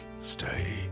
stay